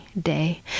day